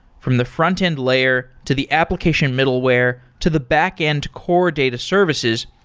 from the frontend layer, to the application middleware, to the backend core data services,